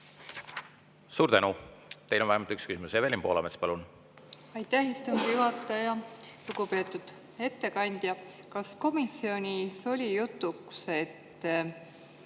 Suur tänu! Teile on vähemalt üks küsimus. Evelin Poolamets, palun! Aitäh, istungi juhataja! Lugupeetud ettekandja! Kas komisjonis oli jutuks –